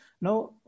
Now